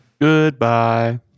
Goodbye